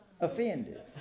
offended